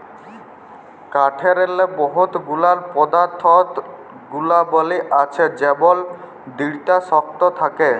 কাঠেরলে বহুত গুলান পদাথ্থ গুলাবলী আছে যেমল দিঢ়তা শক্ত থ্যাকে